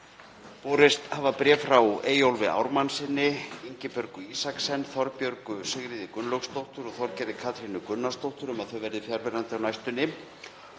Borist hafa bréf frá Eyjólfi Ármannsyni, Ingibjörgu Isaksen, Þorbjörgu Sigríði Gunnlaugsdóttur og Þorgerði Katrínu Gunnarsdóttur um að þau verði fjarverandi á næstunni.